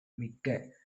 மிக்க